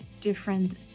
different